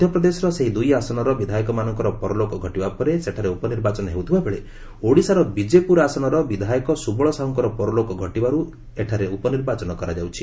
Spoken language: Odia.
ମଧ୍ୟପ୍ରଦେଶର ସେହି ଦୁଇ ଆସନର ବିଧାୟକମାନଙ୍କର ପରଲୋକ ଘଟିବା ପରେ ସେଠାରେ ଉପନିର୍ବାନ ହେଉଥିବା ବେଳେ ଓଡ଼ିଶାର ବିଜେପୁର ଆସନର ବିଧାୟକ ସୁବଳ ସାହୁଙ୍କର ପରଲୋକ ଘଟିବାରୁ ଏଠାରେ ଉପନିର୍ବାଚନ କରାଯାଉଛି